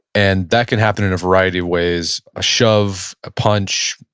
and that can happen in a variety of ways, a shove, a punch,